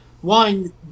one –